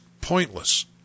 pointless